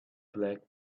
black